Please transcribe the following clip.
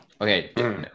Okay